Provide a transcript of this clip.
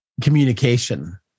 communication